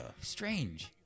Strange